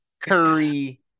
Curry